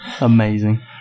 Amazing